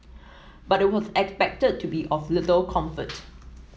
but it was expected to be of little comfort